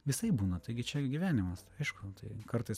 visaip būna taigi čia gyvenimas aišku tai kartais